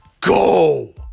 go